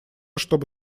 чтобы